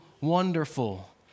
wonderful